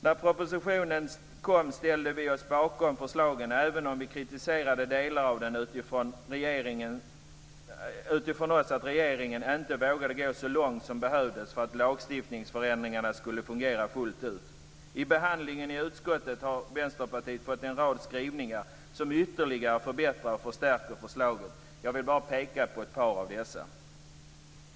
När propositionen kom ställde vi oss bakom förslagen, även om vi kritiserade delar av dem utifrån det faktum att regeringen inte vågade gå så långt som behövdes för att lagstiftningsförändringarna skulle fungera fullt ut. Vid behandlingen i utskottet har Vänsterpartiet fått en rad skrivningar som ytterligare förbättrar och förstärker förslaget. Jag vill bara peka på ett par av dessa.